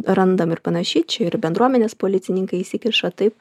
randam ir panašiai čia ir bendruomenės policininkai įsikiša taip